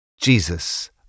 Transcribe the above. Jesus